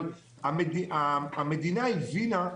המדינה הבינה,